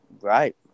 Right